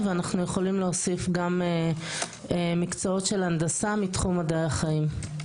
אין שם דרישה גורפת.